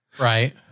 right